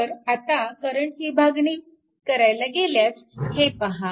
तर आता करंट विभागणी करायला गेल्यास हे पहा